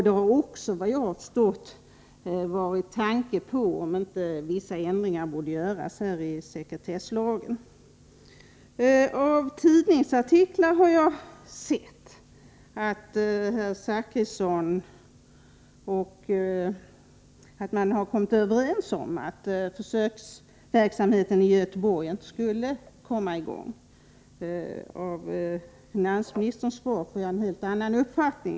Då frågade man sig också om inte vissa ändringar borde göras i sekretesslagen. Av tidningsartiklar har jag förstått att man kommit överens om att försöksverksamheten i Göteborg inte skulle komma i gång. Av finansministerns svar får jag en helt annan uppfattning.